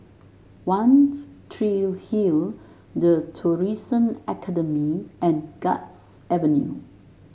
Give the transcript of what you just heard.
One Tree Hill The Tourism Academy and Guards Avenue